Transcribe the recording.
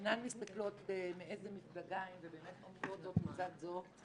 אינן מסתכלות מאיזה מפלגה הן ובאמת עומדות זו לצד זו.